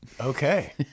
Okay